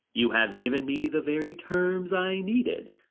you have given me the very terms i needed.